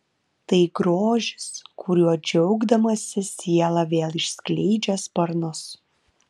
tai grožis kuriuo džiaugdamasi siela vėl išskleidžia sparnus